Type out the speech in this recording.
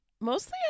mostly